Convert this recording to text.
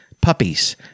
puppies